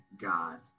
God